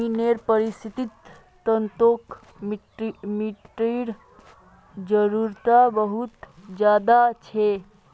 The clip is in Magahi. ज़मीनेर परिस्थ्तिर तंत्रोत मिटटीर जरूरत बहुत ज़्यादा छे